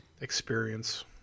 experience